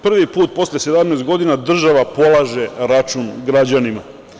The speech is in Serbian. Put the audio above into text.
Prvi put posle 17 godina država polaže račun građanima.